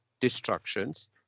destructions